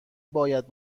باید